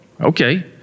okay